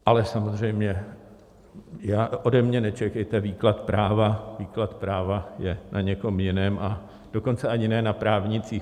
Ale samozřejmě ode mě nečekejte výklad práva, výklad práva je na někom jiném, dokonce ani ne na právnících.